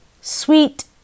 sweet